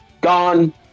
Gone